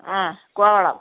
ആ കോവളം